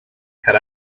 had